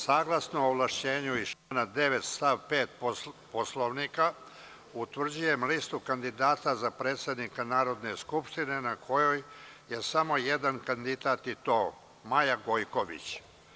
Saglasno ovlašćenju iz člana 9. stav 5. Poslovnika utvrđujem listu kandidata za predsednika Narodne skupštine na kojoj je samo jedan kandidat i to Maja Gojković.